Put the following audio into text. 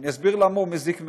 אני אסביר למה הוא מזיק מאוד.